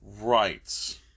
Right